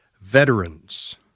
Veterans